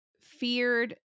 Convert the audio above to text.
feared